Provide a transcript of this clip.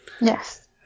Yes